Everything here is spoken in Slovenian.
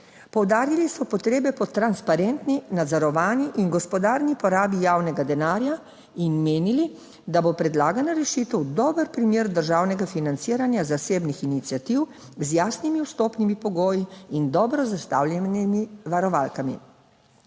Poudarili so potrebe po transparentni, nadzorovani in gospodarni porabi javnega denarja in menili, da bo predlagana rešitev dober primer državnega financiranja zasebnih iniciativ, z jasnimi vstopnimi pogoji in dobro zastavljenimi varovalkami.